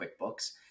QuickBooks